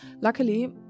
Luckily